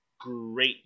great